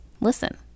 Listen